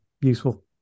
useful